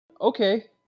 Okay